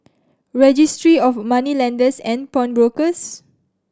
Registry of Moneylenders and Pawnbrokers